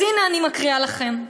אז הנה, אני מקריאה לכם.